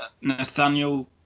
Nathaniel